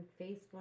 Facebook